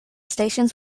stations